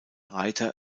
reiter